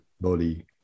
body